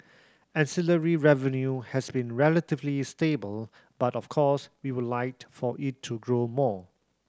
ancillary revenue has been relatively stable but of course we would like for it to grow more